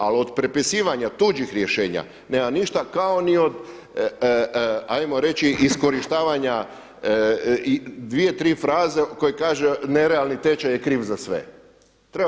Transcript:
Ali od prepisivanja tuđih rješenja nema ništa kao ni od hajmo reći iskorištavanja dvije, tri fraze koji kaže nerealni tečaj je kriv za sve.